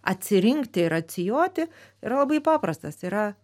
atsirinkti ir atsijoti yra labai paprastas yra